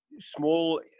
small